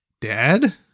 Dad